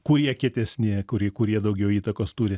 kurie kietesni kuri kurie daugiau įtakos turi